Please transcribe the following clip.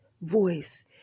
voice